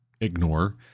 ignore